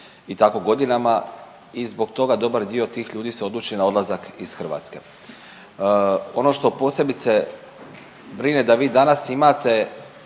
i tako godinama i zbog toga dobar dio tih ljudi se odluči na odlazak iz Hrvatske. Ono što posebice brine da vi danas imate